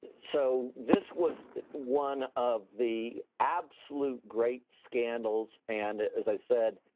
so this was one of the absolute great scandals and, as i said,